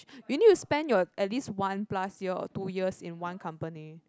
you need to spend your at least one plus year or two years in one company